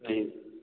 जी